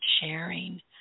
sharing